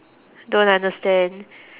don't understand